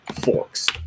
forks